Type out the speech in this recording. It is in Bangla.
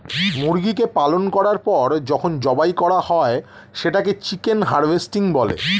মুরগিকে পালন করার পর যখন জবাই করা হয় সেটাকে চিকেন হারভেস্টিং বলে